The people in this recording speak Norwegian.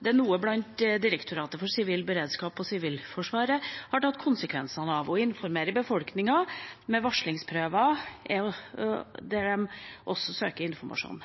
Det er noe Direktoratet for samfunnssikkerhet og beredskap og Sivilforsvaret har tatt konsekvensen av, og de informerer befolkningen med varslingsprøver, der de også søker informasjon.